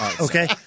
okay